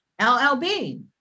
LLB